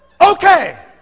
okay